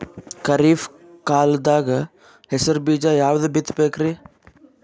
ಖರೀಪ್ ಕಾಲದಾಗ ಹೆಸರು ಬೀಜ ಯಾವದು ಬಿತ್ ಬೇಕರಿ?